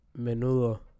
Menudo